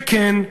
וכן,